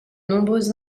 nombreuses